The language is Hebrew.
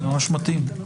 זה ממש מתאים.